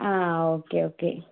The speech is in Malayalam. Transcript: ആ ഓക്കെ ഓക്കെ